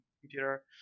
computer